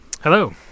Hello